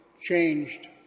changed